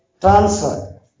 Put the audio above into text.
transfer